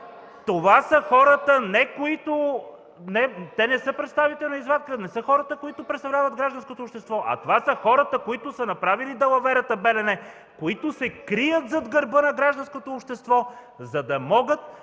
шум и реплики от КБ.) Те не са представителна извадка, не са хората, които представляват гражданското общество, а това са хората, които са направили далаверата „Белене”, които се крият зад гърба на гражданското общество, за да могат